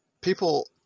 people